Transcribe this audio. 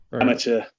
amateur